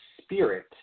spirit